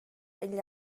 egl